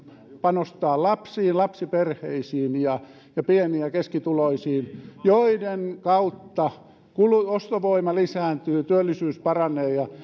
panostaa lapsiin lapsiperheisiin ja ja pieni ja keskituloisiin minkä kautta ostovoima lisääntyy työllisyys paranee ja